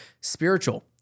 spiritual